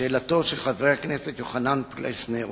שאלתו של חבר הכנסת יוחנן פלסנר